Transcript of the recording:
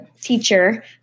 teacher